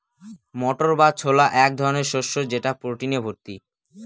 মটর বা ছোলা এক ধরনের শস্য যেটা প্রোটিনে ভর্তি